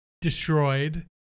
destroyed